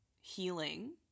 healing